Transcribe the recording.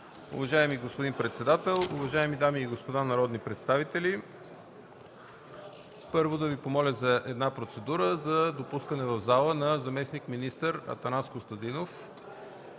Уважаеми господин председател, уважаеми дами и господа народни представители! Първо ще Ви помоля за процедура за допускане в пленарната зала на заместник-министъра Атанас Костадинов